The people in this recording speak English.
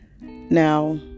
Now